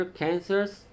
cancers？